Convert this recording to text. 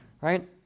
Right